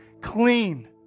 Clean